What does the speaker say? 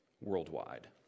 worldwide